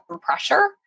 pressure